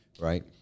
right